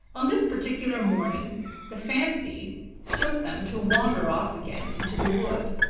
on this particular morning the fancy took them to wander off again into the wood.